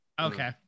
Okay